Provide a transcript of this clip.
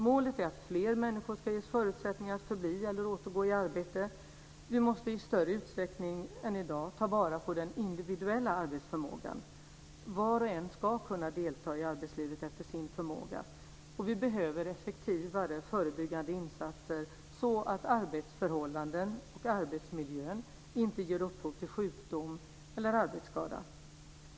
Målet är att fler människor ska ges förutsättningar att förbli eller återgå i arbete. Vi måste i större utsträckning än i dag ta vara på den individuella arbetsförmågan. Var och en ska kunna delta i arbetslivet efter sin förmåga. Och vi behöver effektivare förebyggande insatser så att arbetsförhållandena och arbetsmiljön och inte ger upphov till sjukdom eller arbetsskada.